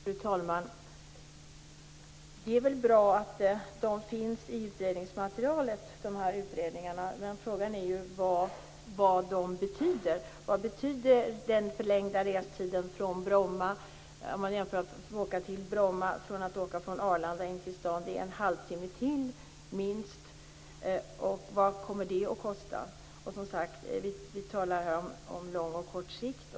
Fru talman! Det är väl bra att de här utredningarna finns i utredningsmaterialet, men frågan är vad de betyder. Vad betyder den förlängda restiden? Jämför tiden det tar att åka från Bromma med att åka från Arlanda in till stan. Det tar minst en halvtimme till. Vad kommer det att kosta? Vi talar som sagt om lång och kort sikt.